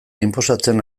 inposatzen